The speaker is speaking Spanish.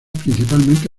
principalmente